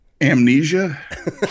Amnesia